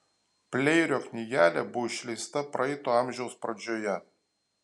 pleirio knygelė buvo išleista praeito amžiaus pradžioje